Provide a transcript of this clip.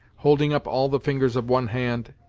holding up all the fingers of one hand,